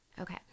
Okay